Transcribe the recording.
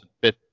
bit